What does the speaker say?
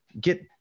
get